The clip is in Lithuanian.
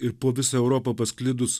ir po visą europą pasklidus